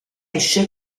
esce